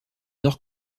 nord